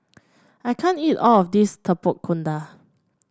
I can't eat all of this Tapak Kuda